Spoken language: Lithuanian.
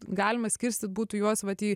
galima skirstyt būtų juos vat į